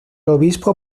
obispo